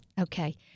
Okay